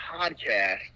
podcast